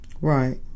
Right